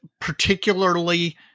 particularly